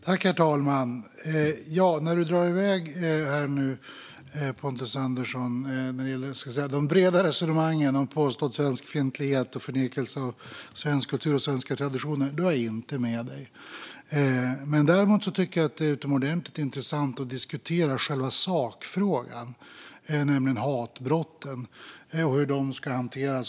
Herr talman! När Pontus Andersson drar iväg i breda resonemang om påstådd svenskfientlighet och förnekelse av svensk kultur och svenska traditioner är jag inte med honom. Däremot tycker jag att det är utomordentligt intressant att diskutera själva sakfrågan, nämligen hatbrotten och hur de ska hanteras.